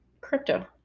crypto